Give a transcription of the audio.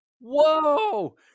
whoa